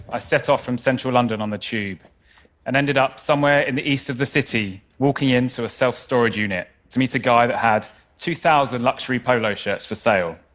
i set off from central london on the tube and ended up somewhere in the east of the city walking into so a self-storage unit to meet a guy that had two thousand luxury polo shirts for sale.